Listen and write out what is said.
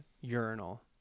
urinal